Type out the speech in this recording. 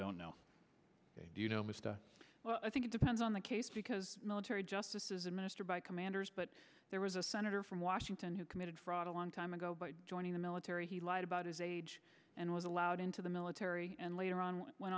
don't know well i think it depends on the case because military justice is administered by commanders but there was a senator from washington who committed fraud a long time ago by joining the military he lied about his age and was allowed into the military and later on wen